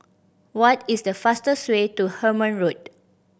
what is the fastest way to Hemmant Road